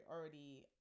already